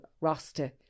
roster